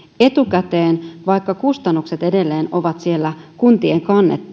etukäteen vaikka kustannukset edelleen ovat siellä kuntien